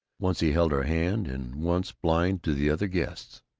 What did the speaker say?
once he held her hand and once, blind to the other guests,